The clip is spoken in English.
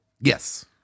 Yes